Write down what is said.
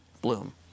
bloom